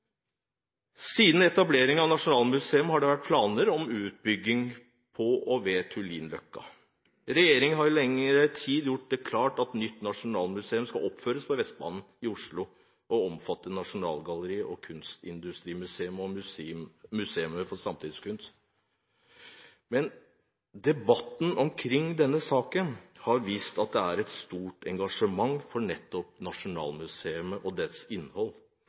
Siden etableringen av Nasjonalmuseet har det vært planer om utbygging på og ved Tullinløkka. Regjeringen har i lengre tid gjort det klart at nytt nasjonalmuseum skal oppføres på Vestbanen i Oslo og omfatte Nasjonalgalleriet, Kunstindustrimuseet og Museet for samtidskunst. Debatten omkring denne saken har vist at det er et stort engasjement for nettopp Nasjonalmuseet og dets innhold.